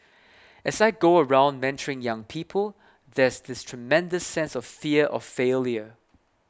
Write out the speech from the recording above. as I go around mentoring young people there's this tremendous sense of fear of failure